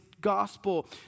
gospel